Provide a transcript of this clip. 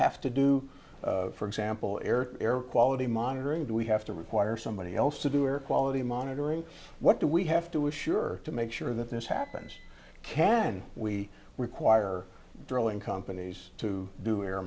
have to do for example air air quality monitoring do we have to require somebody else to do air quality monitoring what do we have to have sure to make sure that this happens can we require drilling companies to do a